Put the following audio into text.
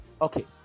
okay